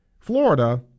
Florida